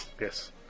Yes